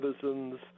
citizens